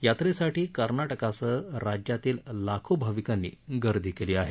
यात्रेसाठी कर्नाटकसह राज्यातील लाखो भविकानी गर्दी केली आहे